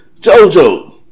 Jojo